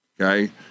okay